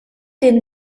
den